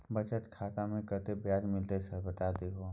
बचत खाता में कत्ते ब्याज मिलले ये सर बता दियो?